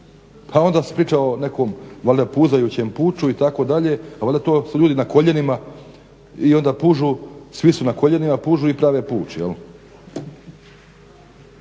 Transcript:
Pa onda se priča o nekom valjda puzajućem puču itd., valjda to su ljudi na koljenima i onda pužu, svi su na koljenima, pužu i prave puč.